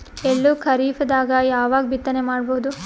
ಎಳ್ಳು ಖರೀಪದಾಗ ಯಾವಗ ಬಿತ್ತನೆ ಮಾಡಬಹುದು?